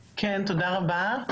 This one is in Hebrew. כן, תודה רבה.